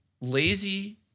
lazy